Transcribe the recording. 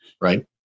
right